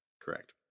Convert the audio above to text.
Correct